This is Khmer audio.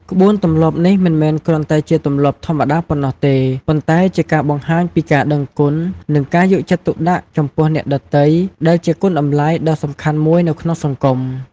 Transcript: ក្បួនទម្លាប់នេះមិនមែនគ្រាន់តែជាទម្លាប់ធម្មតាប៉ុណ្ណោះទេ ប៉ុន្តែជាការបង្ហាញពីការដឹងគុណ និងការយកចិត្តទុកដាក់ចំពោះអ្នកដទៃ ដែលជាគុណតម្លៃដ៏សំខាន់មួយនៅក្នុងសង្គម។